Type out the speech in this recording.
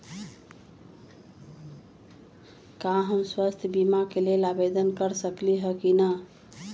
का हम स्वास्थ्य बीमा के लेल आवेदन कर सकली ह की न?